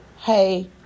hey